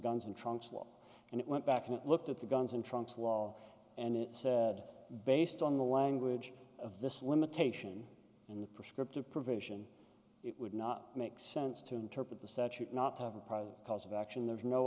trunks law and it went back and looked at the guns and trumps law and it said based on the language of this limitation in the prescriptive provision it would not make sense to interpret the statute not to have a private cause of action there's no